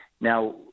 now